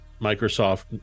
microsoft